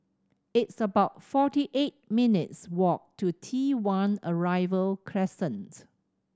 it's about forty eight minutes' walk to T One Arrival Crescent